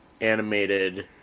animated